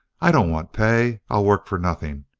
i don't want pay! i'll work for nothing.